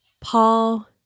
Paul